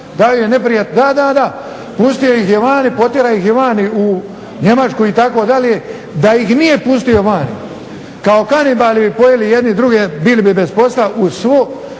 dao ih je, da, da, da, pustio ih je vani, potjerao ih je vani u Njemačku itd., da ih nije pustio vani kao kanibali bi pojeli jedne druge, bili bi bez posla uz svo